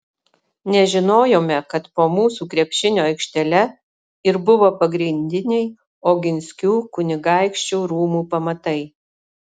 nežinojome kad po mūsų krepšinio aikštele ir buvo pagrindiniai oginskių kunigaikščių rūmų pamatai